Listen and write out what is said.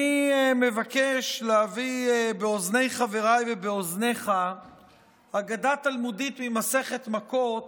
אני מבקש להביא באוזני חבריי ובאוזניך הגדה תלמודית ממסכת מכות